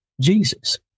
Jesus